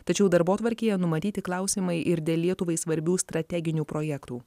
tačiau darbotvarkėje numatyti klausimai ir dėl lietuvai svarbių strateginių projektų